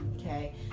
okay